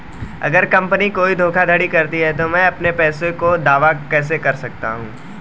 अगर कंपनी कोई धोखाधड़ी करती है तो मैं अपने पैसे का दावा कैसे कर सकता हूं?